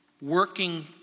working